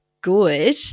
good